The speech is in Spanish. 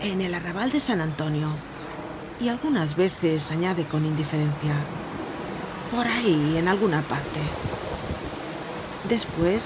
en el arrabal de san antonio y algunas veces añade con indiferencia content from google book search generated at por ahí en alguna parte despues